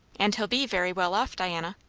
and he'll be very well off, diana.